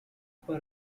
per